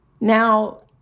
Now